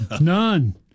None